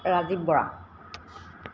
Rajiv Bora